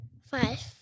Five